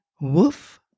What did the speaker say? woof